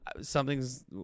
something's